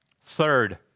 Third